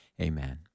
amen